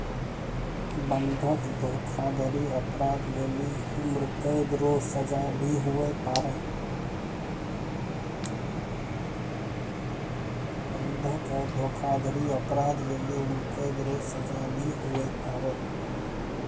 बंधक धोखाधड़ी अपराध लेली उम्रकैद रो सजा भी हुवै पारै